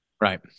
Right